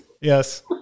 Yes